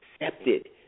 accepted